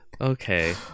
okay